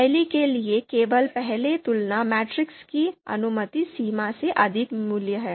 शैली के लिए केवल पहली तुलना मैट्रिक्स की अनुमति सीमा से अधिक मूल्य है